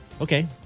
Okay